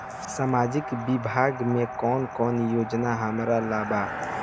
सामाजिक विभाग मे कौन कौन योजना हमरा ला बा?